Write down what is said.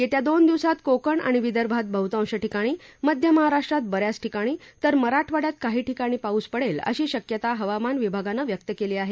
येत्या दोन दिवसात कोकण आणि विदर्भात बहुतांश ठिकाणी मध्य महाराष्ट्रात ब याच ठिकाणी तर मराठवाड्यात काही ठिकाणी पाऊस पडेल अशी शक्यता हवामान विभागानं व्यक्त केली आहे